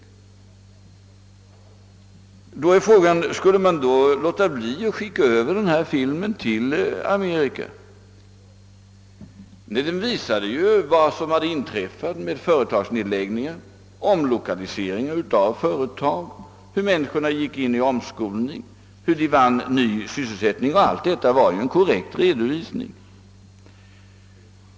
Skulle man under sådana förhållan den låta bli att skicka över filmen till Amerika? Nej, den visade ju vad som inträffat i fråga om företagsnedläggningar och omlokalisering av företag. Den visade hur människorna gick in i omskolning, hur de fann ny sysselsättning. Allt detta var en korrekt redovisning.